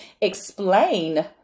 explain